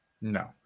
no